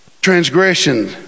Transgression